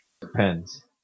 Depends